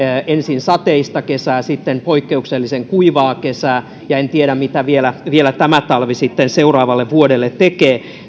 ensin sateista kesää sitten poikkeuksellisen kuivaa kesää ja en tiedä mitä vielä vielä tämä talvi sitten seuraavalle vuodelle tekee